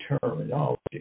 terminology